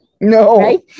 No